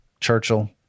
churchill